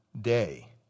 day